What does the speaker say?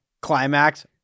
climax